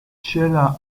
sheila